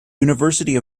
university